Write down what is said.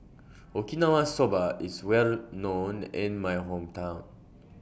Okinawa Soba IS Well known in My Hometown